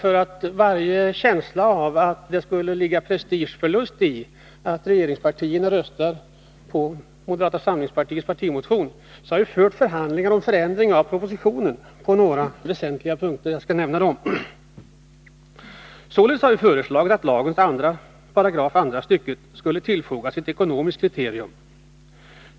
För att få bort varje känsla av att det skulle vara en prestigeförlust för regeringspartierna att rösta på moderata samlingspartiets partimotion vill jag framhålla några väsentliga punkter när det gäller förhandlingarna om en förändring av propositionen.